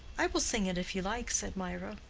i will sing it if you like, said mirah,